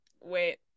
Wait